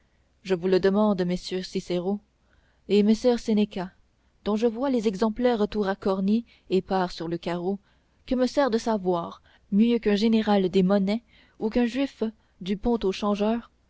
je vous le demande messer cicero et messer seneca dont je vois les exemplaires tout racornis épars sur le carreau que me sert de savoir mieux qu'un général des monnaies ou qu'un juif du